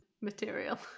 material